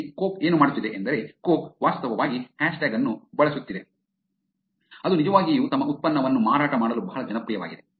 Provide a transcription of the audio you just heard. ಇಲ್ಲಿ ಕೋಕ್ ಏನು ಮಾಡುತ್ತಿದೆ ಎಂದರೆ ಕೋಕ್ ವಾಸ್ತವವಾಗಿ ಹ್ಯಾಶ್ಟ್ಯಾಗ್ ಅನ್ನು ಬಳಸುತ್ತಿದೆ ಅದು ನಿಜವಾಗಿಯೂ ತಮ್ಮ ಉತ್ಪನ್ನವನ್ನು ಮಾರಾಟ ಮಾಡಲು ಬಹಳ ಜನಪ್ರಿಯವಾಗಿದೆ